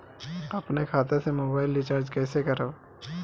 अपने खाता से मोबाइल रिचार्ज कैसे करब?